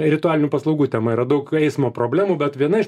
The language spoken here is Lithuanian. ritualinių paslaugų tema yra daug eismo problemų bet viena iš